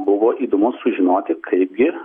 buvo įdomu sužinoti kaipgi